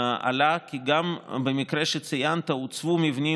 עלה כי גם במקרה שציינת הוצבו מבנים